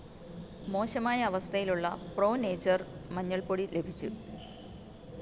മോശമായ അവസ്ഥയിലുള്ള Pro Nature മഞ്ഞൾ പൊടി ലഭിച്ചു